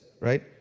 right